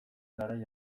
garai